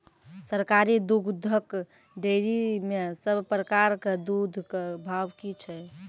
सरकारी दुग्धक डेयरी मे सब प्रकारक दूधक भाव की छै?